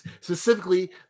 specifically